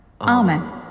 Amen